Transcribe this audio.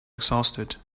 exhausted